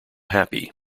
happy